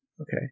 Okay